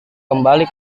kembali